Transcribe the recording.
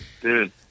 Dude